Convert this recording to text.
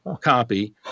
copy